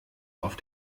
auf